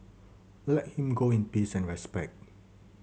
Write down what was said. let him go in peace and respect